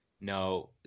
no